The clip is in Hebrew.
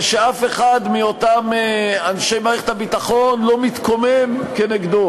ושאף אחד מאותם אנשי מערכת הביטחון לא מתקומם כנגדו,